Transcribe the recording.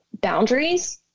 boundaries